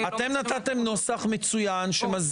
הנוסח הוא לא מספיק